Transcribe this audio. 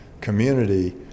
community